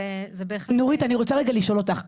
זה בהחלט --- נורית, אני רוצה לשאול אותך שאלה.